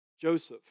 Joseph